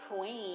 queen